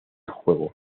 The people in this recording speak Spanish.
juego